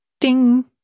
Ding